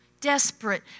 Desperate